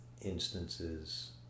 instances